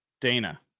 Dana